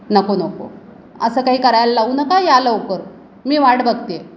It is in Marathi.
नको नको असं काही करायला लावू नका या लवकर मी वाट बघते